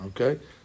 okay